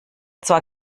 zwar